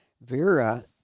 Vera